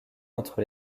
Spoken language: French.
entre